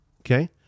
Okay